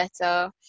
better